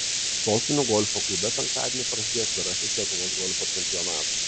sostinių golfo klube penktadienį prasidėjo atvirasis lietuvos golfo čempionatas